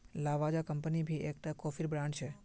Lavazza company भी एक टा कोफीर ब्रांड छे